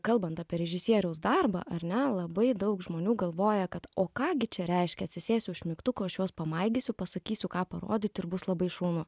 kalbant apie režisieriaus darbą ar ne labai daug žmonių galvoja kad o ką gi čia reiškia atsisėsi už mygtuko aš juos pamaigysiu pasakysiu ką parodyti ir bus labai šaunu